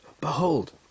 Behold